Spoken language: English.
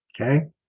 Okay